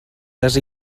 les